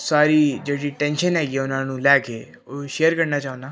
ਸਾਰੀ ਜਿਹੜੀ ਟੈਨਸ਼ਨ ਹੈਗੀ ਉਹਨਾਂ ਨੂੰ ਲੈ ਕੇ ਉਹ ਸ਼ੇਅਰ ਕਰਨਾ ਚਾਹੁੰਦਾ